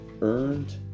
earned